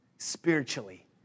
spiritually